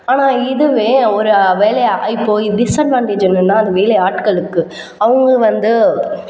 ஆனால் இதுவே ஒரு வேலையாக இப்போது டிஸ்அட்வான்ட்டேஜ் என்னன்னா அந்த வேலையாட்களுக்கு அவங்க வந்து